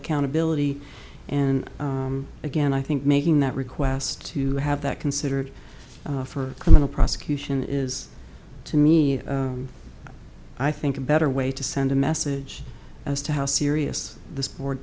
accountability and again i think making that request to have that considered for criminal prosecution is to me i think a better way to send a message as to how serious th